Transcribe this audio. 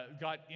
got